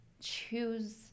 choose